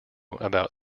about